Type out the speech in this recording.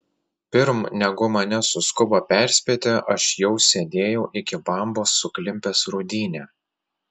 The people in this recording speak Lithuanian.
pirm negu mane suskubo perspėti aš jau sėdėjau iki bambos suklimpęs rūdyne